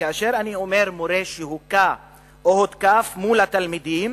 כאשר מורה מוכה או מותקף מול התלמידים,